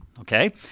Okay